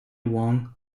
wong